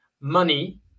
money